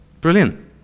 Brilliant